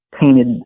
painted